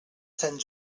sant